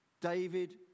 David